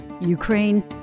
Ukraine